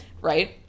right